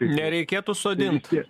nereikėtų sodint